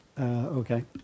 Okay